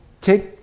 take